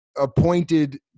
appointed